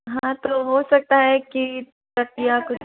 हाँ तो हो सकता है कि तकिया